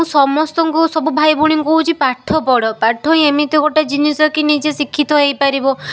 ମୁଁ ସମସ୍ତଙ୍କୁ ସବୁ ଭାଇ ଭଉଣୀଙ୍କୁ କହୁଛି ପାଠ ପଢ଼ ପାଠ ହିଁ ଏମିତି ଗୋଟେ ଜିନିଷ କି ନିଜେ ଶିକ୍ଷିତ ହେଇପାରିବ